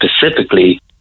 specifically